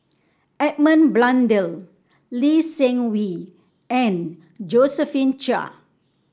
Edmund Blundell Lee Seng Wee and Josephine Chia